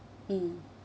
mm